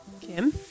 Kim